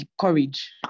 courage